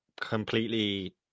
completely